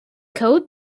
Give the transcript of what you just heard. coat